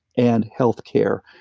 and healthcare.